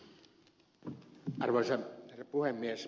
arvoisa herra puhemies